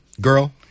girl